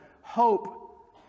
hope